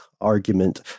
argument